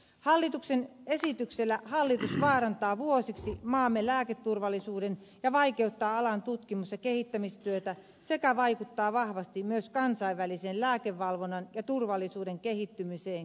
hallituksen esityksellä hallitus vaarantaa vuosiksi maamme lääketurvallisuuden ja vaikeuttaa alan tutkimus ja kehittämistyötä sekä vaikuttaa vahvasti myös kansainvälisen lääkevalvonnan ja turvallisuuden kehittymiseen kielteisesti